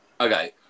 Okay